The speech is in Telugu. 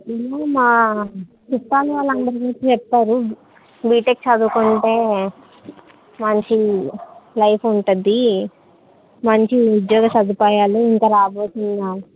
ఏమో మా చూట్టాల వాళ్ళందరు చూసి చెప్పారు బీటెక్ చదువుకుంటే మంచి లైఫ్ ఉంటుంది మంచి ఉద్యోగ సదుపాయాలు ఇంకా రాబోతున్న